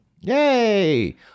Yay